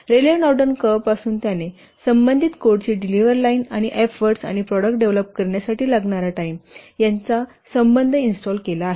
रेलेव्ह Norden curve पासून त्याने संबंधित कोडची डिलिव्हर लाइन आणि एफ्फर्टस आणि प्रॉडक्ट डेव्हलप करण्यासाठी लागणारा टाइम यांच्यात संबंध इन्स्टॉल केला आहे